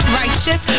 righteous